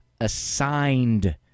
assigned